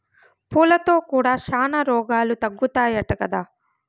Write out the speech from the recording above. పూలతో కూడా శానా రోగాలు తగ్గుతాయట కదా